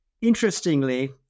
interestingly